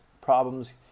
problems